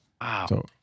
Wow